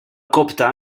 copta